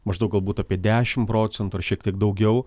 maždaug galbūt apie dešimt procentų ar šiek tiek daugiau